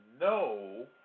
no